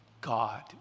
God